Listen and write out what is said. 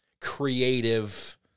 creative